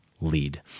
lead